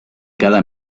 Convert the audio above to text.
cada